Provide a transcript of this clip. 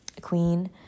Queen